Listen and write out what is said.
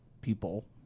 people